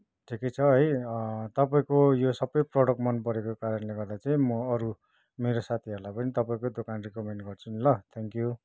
ठिकै छ है तपाईँको यो सबै प्रोडक्ट मन परेको कारणले गर्दा चाहिँ म अरू मेरो साथीहरूलाई पनि तपाईँकै दोकान रेकमेन्ड गर्छु नि ल थ्याङ्कयू